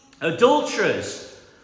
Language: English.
adulterers